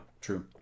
true